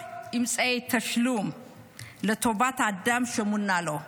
אמצעי תשלום לטובת האדם שהוא מונה לו,